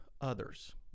others